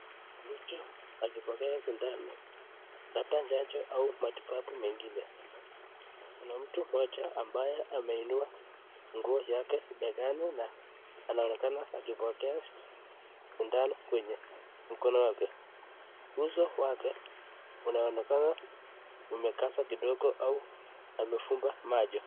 Mtu akipokea sindano, labda chanjo au matibabu mengine, kuna mtu mmoja ambaye ameinua nguo yake begani na anaonekana akipokea sindano kwenye mkono wake, uso wake unaonekana umekaza kidogo au amefumba macho.